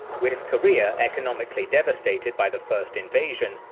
with korea economically devastated by the first invasion,